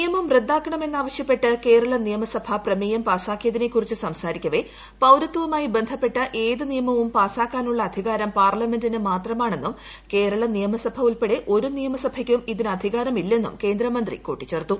നിയമം റദ്ദാക്കണമെന്ന് ആവശ്യപ്പെട്ട് കേരള നിയമസഭ പ്രമേയം പാസ്സാക്കിയതിനെ കുറിച്ച് സംസാരിക്കവേ പൌരത്വവുമായി ബന്ധപ്പെട്ട ഏത് നിയമവും പാസ്സാക്കാനുള്ള അധികാരം പാർലമെന്റിന് മാത്രമാണെന്നും കേരള നിയമസഭ ഉൾപ്പെടെ ഒരു നിയമസഭയ്ക്കും ഇതിന് അധികാരം ഇല്ലെന്നും കേന്ദ്രമന്ത്രി കൂട്ടിച്ചേർത്തു